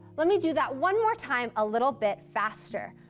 let me do that one more time a little bit faster.